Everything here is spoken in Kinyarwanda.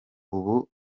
ubu